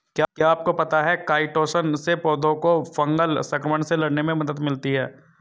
क्या आपको पता है काइटोसन से पौधों को फंगल संक्रमण से लड़ने में मदद मिलती है?